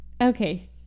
Okay